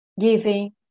giving